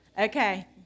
okay